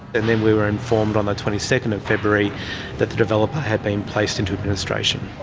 and then we were informed on the twenty second of february that the developer had been placed into administration.